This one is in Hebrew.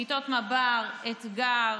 כיתות מב"ר ואתגר